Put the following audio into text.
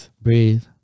breathe